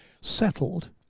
settled